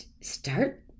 start